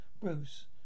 Bruce